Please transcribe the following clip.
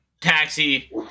taxi